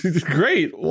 great